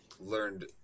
learned